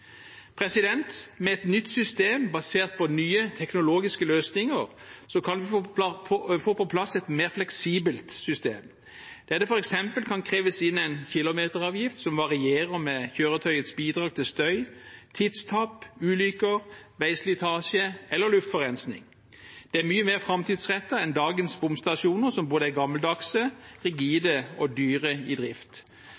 Med et nytt system, basert på nye teknologiske løsninger, kan vi få på plass et mer fleksibelt system, der det f.eks. kan kreves inn en kilometeravgift som varierer med kjøretøyets bidrag til støy, tidstap, ulykker, veislitasje eller luftforurensing. Det er mye mer framtidsrettet enn dagens bomstasjoner, som er både gammeldagse, rigide og dyre i drift. Derfor er